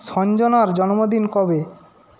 সঞ্জনার জন্মদিন কবে